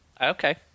Okay